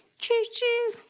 choo-choo!